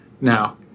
Now